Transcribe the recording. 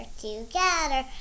together